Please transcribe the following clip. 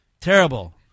Terrible